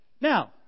Now